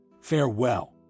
Farewell